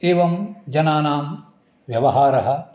एवं जनानां व्यवहारः